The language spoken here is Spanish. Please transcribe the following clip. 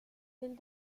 del